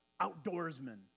outdoorsmen